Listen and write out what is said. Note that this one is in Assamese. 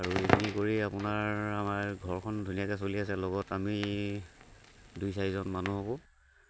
আৰু এইখিনি কৰি আপোনাৰ আমাৰ ঘৰখন ধুনীয়াকৈ চলি আছে লগত আমি দুই চাৰিজন মানুহকো